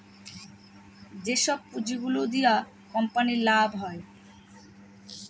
যেসব পুঁজি গুলো দিয়া কোম্পানির লাভ হয়